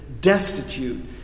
destitute